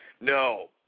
No